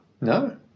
no